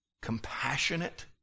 compassionate